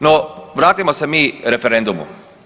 No vratimo se mi referendumu.